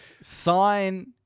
Sign